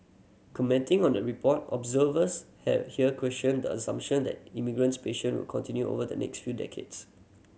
commenting on the report observers here questioned the assumption that immigration patient will continue over the next few decades